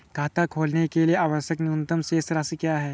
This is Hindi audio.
खाता खोलने के लिए आवश्यक न्यूनतम शेष राशि क्या है?